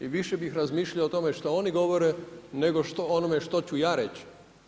I više bih razmišljao o tome što oni govore, nego o onome što ću ja reći.